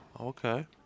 Okay